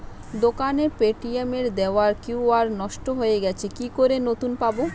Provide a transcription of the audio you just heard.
দোকানের পেটিএম এর দেওয়া কিউ.আর নষ্ট হয়ে গেছে কি করে নতুন করে পাবো?